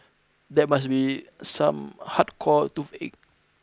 that must be some hardcore toothache